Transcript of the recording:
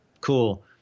Cool